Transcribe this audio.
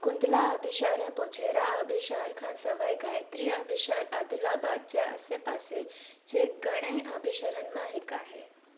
कुंतला आबिशार ऐं पोचेरा आबिशार खां सिवाइ गायत्री आबिशार आदिलाबाद जे आसेपासे जे घणे आबिशारनि मां हिकु आहे